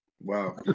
Wow